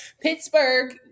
Pittsburgh